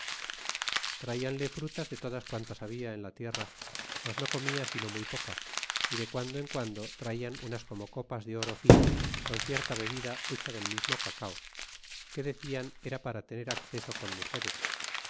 tratanle frutas de todas quantas habla en la tierra mas no comia sino muy poca y de guando en guando traian unas como copas de oro fino con cierta bebida hecha del mismo cacao que decian era para tener acceso con mugeres